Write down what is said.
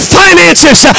finances